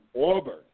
Auburn